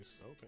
Okay